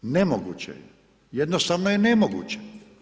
Nemoguće, jednostavno je nemoguće.